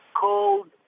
cold